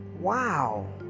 wow